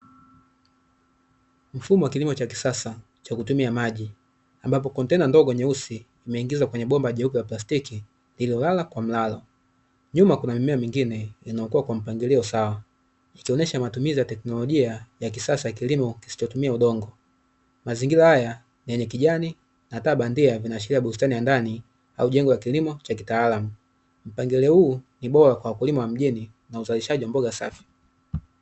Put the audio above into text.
Mfumo wa kilimo cha kisasa cha kutumia maji, ambapo chombo kidogo cheusi kimeingizwa kwenye bomba jeupe la plastiki lililolala kwa mlalo. Nyuma kuna mimea mingine inayokua kwa mpangilio sawa, ikionyesha matumizi ya teknolojia ya kisasa ya kilimo kisichotumia udongo. Mazingira haya ni yenye kijani na taa bandia vinaashiria bustani ya ndani au jengo la kilimo cha kitaalmu, mpangilio huu ni bora kwa wakulima wa mjini na uzalishaji wa mboga safi.